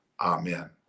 Amen